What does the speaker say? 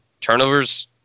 turnovers